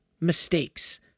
mistakes